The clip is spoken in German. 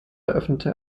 eröffnete